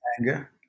anger